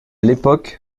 l’époque